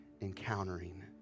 encountering